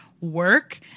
work